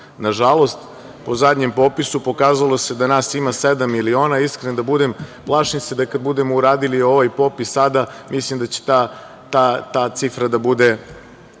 Nažalost, po zadnjem popisu pokazalo se da nas ima sedam miliona. Iskren da budem, plašim se da kada budemo uradili ovaj popis sada mislim da će ta cifra da bude